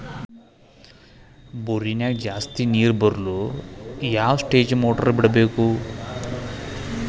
ಬೋರಿನ್ಯಾಗ ಜಾಸ್ತಿ ನೇರು ಬರಲು ಯಾವ ಸ್ಟೇಜ್ ಮೋಟಾರ್ ಬಿಡಬೇಕು?